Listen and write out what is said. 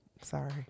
Sorry